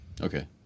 Okay